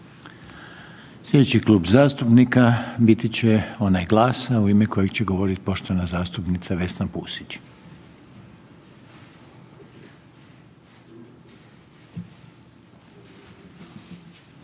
Slijedeći klub zastupnika biti će onaj GLAS-a u ime kojeg će govorit poštovana zastupnica Vesna Pusić.